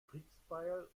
kriegsbeil